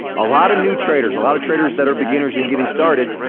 a lot of new traders, a lot of traders that are beginners and getting started,